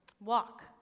walk